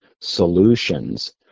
solutions